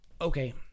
Okay